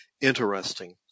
interesting